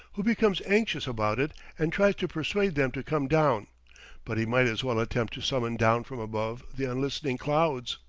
who becomes anxious about it and tries to persuade them to come down but he might as well attempt to summon down from above the unlistening clouds.